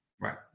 Right